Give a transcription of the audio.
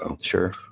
Sure